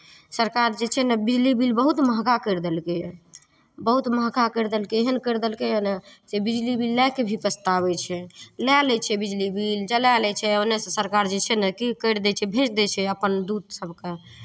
सरकार जे छै नै बिजली बिल बहुत महँगा करि देलकै हइ बहुत महँगा करि देलकै हइ एहन करि देलकै हइ ने से बिजली बिल लए कऽ भी पछताबै छै लए लै छै बिजली बिल जलाय लै छै ओन्नऽ सँ सरकार जे छै ने की करि दै छै भेज दै छै अपन दूत सभकेँ